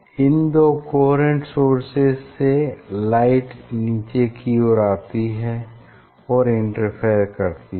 इन दो coherent sources से light नीचे की ओर आती हैं और इंटरफेयर करती हैं